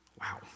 Wow